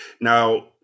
Now